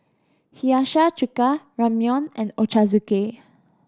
Hiyashi Chuka Ramyeon and Ochazuke